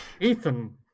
Ethan